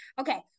okay